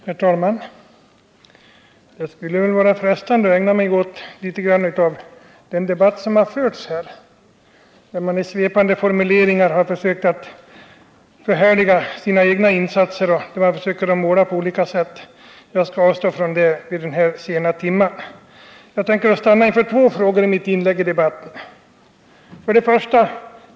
Herr talman! Jag skulle vara frestad att gå in litet i den debatt som förts här, där man i svepande formuleringar försökt förhärliga sina egna insatser och målat på olika sätt, men jag skall avstå från detta vid denna sena timme. Jag skall stanna inför två frågor i mitt inlägg.